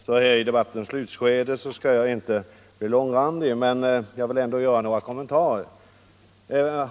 Herr talman! I debattens slutskede skall jag inte bli långrandig, men jag vill ändå göra några kommentarer.